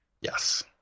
yes